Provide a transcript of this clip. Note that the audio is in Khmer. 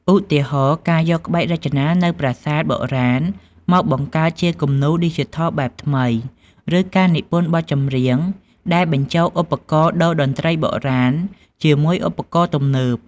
ឧទាហរណ៍ ការយកក្បាច់រចនានៅប្រាសាទបុរាណមកបង្កើតជាគំនូរឌីជីថលបែបថ្មី ឬការនិពន្ធបទចម្រៀងដែលបញ្ចូលឧបករណ៍តូរ្យតន្ត្រីបុរាណជាមួយឧបករណ៍ទំនើប។